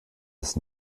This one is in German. ist